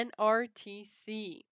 NRTC